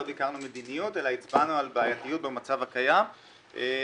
לא ביקרנו מדיניות אלא הצבענו על בעייתיות במצב הקיים שהיא